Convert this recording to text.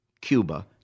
Cuba